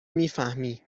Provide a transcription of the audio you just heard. میفهمی